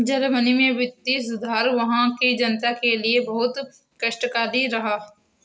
Germany में वित्तीय सुधार वहां की जनता के लिए बहुत कष्टकारी रहा